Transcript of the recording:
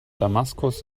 damaskus